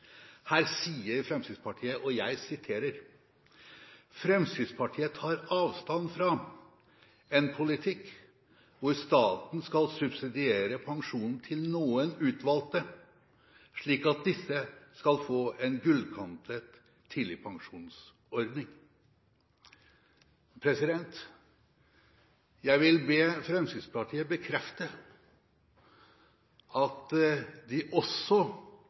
Her sier Fremskrittspartiet: «Disse medlemmer tar avstand fra en politikk hvor staten skal subsidiere pensjonen til noen utvalgte, slik at disse skal få en «gullkantet» tidligpensjonsordning.» Jeg vil be Fremskrittspartiet bekrefte at de også